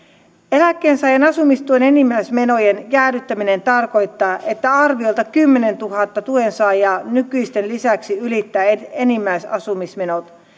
eläkkeensaajan asumistuen enimmäismenojen jäädyttäminen tarkoittaa että arviolta kymmenentuhatta tuensaajaa nykyisten lisäksi ylittää enimmäisasumismenot